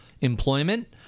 employment